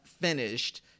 finished